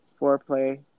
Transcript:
Foreplay